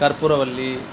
கற்பூரவள்ளி